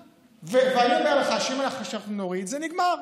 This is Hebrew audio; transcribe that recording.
היום זה 60. זה נגמר,